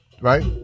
right